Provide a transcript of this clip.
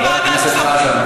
חבר הכנסת חזן,